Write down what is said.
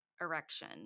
erection